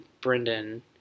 Brendan